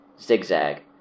zigzag